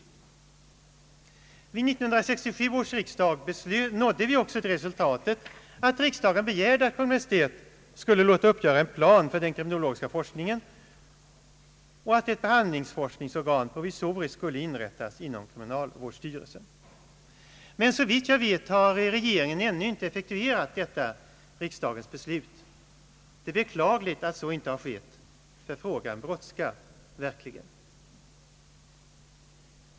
Vid 1967 års riksdag nådde vi också det resultatet, att riksdagen begärde att Kungl. Maj:t skulle låta uppgöra en plan för den kriminologiska forskningen och att ett behandlingsforskningsorgan provisoriskt skulle inrättas inom =:kriminalvårdsstyrelsen. Men såvitt jag vet har regeringen ännu inte effektuerat detta riksdagens beslut. Det är beklagligt att så inte har skett, ty frågan brådskar verkligen.